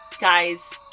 Guys